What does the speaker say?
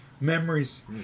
memories